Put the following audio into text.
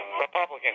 Republican